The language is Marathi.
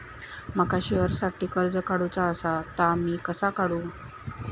माका शेअरसाठी कर्ज काढूचा असा ता मी कसा काढू?